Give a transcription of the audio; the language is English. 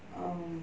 um